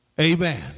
Amen